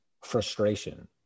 frustration